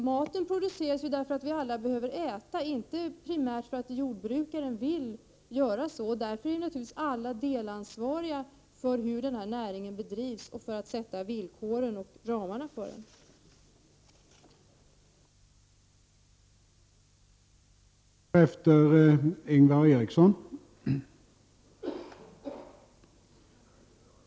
Maten produceras därför att alla behöver äta, inte primärt för att jordbrukaren vill göra det. Därför är alla naturligtvis delansvariga för hur näringen bedrivs och för att villkoren och ramarna för den sätts upp.